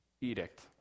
edict